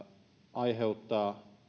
aiheuttaa